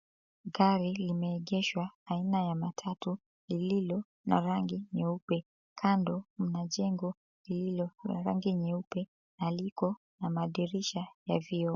Gari limeegeshwa aina ya matatu lililo na rangi nyeupe, kando mna jengo lililo na rangi nyeupe na liko na madirisha ya vioo.